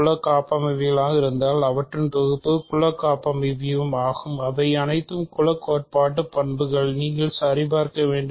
குல காப்பமைவியமாக இருந்தால் அவற்றின் தொகுப்பு குல காப்பமைவியம் ஆகும் இவை அனைத்தும் குல கோட்பாட்டு பண்புகள் நீங்கள் சரிபார்க்க வேண்டும்